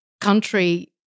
country